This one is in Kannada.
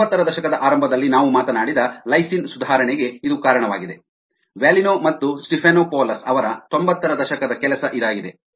ತೊಂಬತ್ತರ ದಶಕದ ಆರಂಭದಲ್ಲಿ ನಾವು ಮಾತನಾಡಿದ ಲೈಸೈನ್ ಸುಧಾರಣೆಗೆ ಇದು ಕಾರಣವಾಗಿದೆ ವಲ್ಲಿನೋ ಮತ್ತು ಸ್ಟೀಫನೊಪೌಲೋಸ್ Stephanopoulos's ಅವರ ತೊಂಬತ್ತರ ದಶಕದ ಕೆಲಸ ಇದಾಗಿದೆ